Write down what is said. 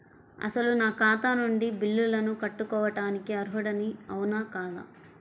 అసలు నా ఖాతా నుండి బిల్లులను కట్టుకోవటానికి అర్హుడని అవునా కాదా?